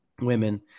women